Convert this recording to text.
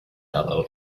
fellow